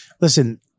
listen